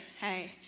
hey